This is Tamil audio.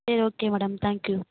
சரி ஓகே மேடம் தேங்க் யூ